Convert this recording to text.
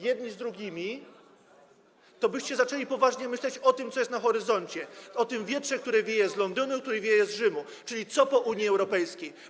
jedni z drugimi, to byście zaczęli poważnie myśleć o tym, co jest na horyzoncie, o tym wietrze, który wieje z Londynu, który wieje z Rzymu, czyli o tym, co będzie po Unii Europejskiej.